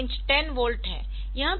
तो यह range 10 volt है